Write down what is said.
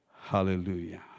Hallelujah